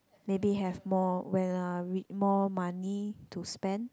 maybe have more when uh more money to spend